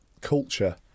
culture